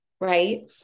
right